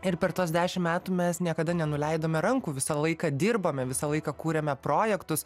ir per tuos dešim metų mes niekada nenuleidome rankų visą laiką dirbome visą laiką kūrėme projektus